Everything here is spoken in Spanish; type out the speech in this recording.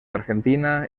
argentina